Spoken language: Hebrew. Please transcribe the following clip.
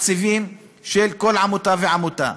התקציבים של כל עמותה ועמותה.